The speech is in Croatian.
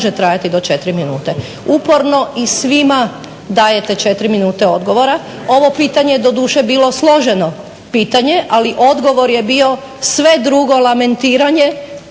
Uporno i svima dajete 4 minute odgovora. Ovo pitanje je doduše bilo složeno pitanje, ali odgovor je bio sve drugo, lamentiranje